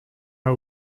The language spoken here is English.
her